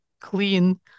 clean